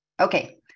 Okay